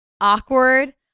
awkward